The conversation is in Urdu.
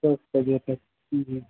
سب خیریت ہے جی جی